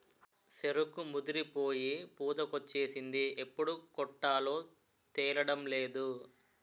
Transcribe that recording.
సెరుకు ముదిరిపోయి పూతకొచ్చేసింది ఎప్పుడు కొట్టాలో తేలడంలేదు